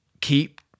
keep